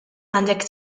għandek